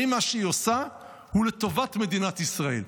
האם מה שהיא עושה הוא לטובת מדינת ישראל?